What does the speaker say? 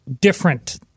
different